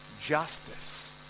justice